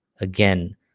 again